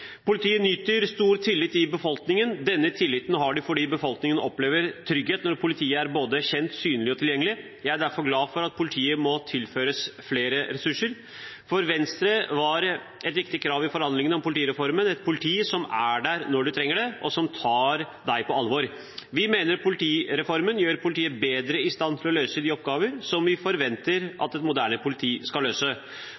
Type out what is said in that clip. Politiet nyter stor tillit i befolkningen. Denne tilliten har de fordi befolkningen opplever trygghet når politiet er både kjent, synlig og tilgjengelig. Jeg er derfor glad for at politiet nå tilføres flere ressurser. For Venstre var et viktig krav i forhandlingene om politireformen et politi som er der når en trenger det, og som tar en på alvor. Vi mener politireformen gjør politiet bedre i stand til å løse de oppgavene som vi forventer